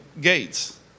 gates